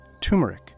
turmeric